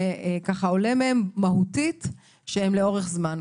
שעולה מהן מהותית שהן לאורך זמן.